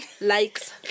likes